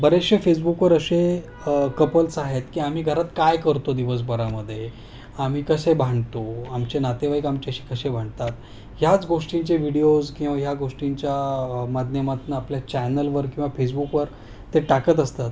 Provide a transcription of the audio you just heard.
बरेचसे फेसबुकवर असे कपल्स आहेत की आम्ही घरात काय करतो दिवसभरामध्ये आम्ही कसे भांडतो आमचे नातेवाईक आमच्याशी कसे भांडतात ह्याच गोष्टींचे व्हिडिओज किंवा ह्या गोष्टींच्या माध्यमातून आपल्या चॅनलवर किंवा फेसबुकवर ते टाकत असतात